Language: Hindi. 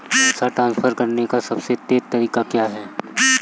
पैसे ट्रांसफर करने का सबसे तेज़ तरीका क्या है?